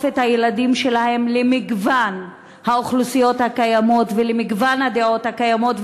את הילדים שלהם למגוון האוכלוסיות הקיימות ולמגוון הדעות הקיימות,